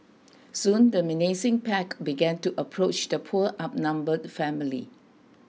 soon the menacing pack began to approach the poor outnumbered family